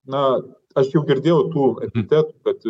na aš jau girdėjau tų epitetų kad